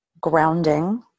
grounding